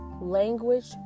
language